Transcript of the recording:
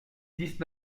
dix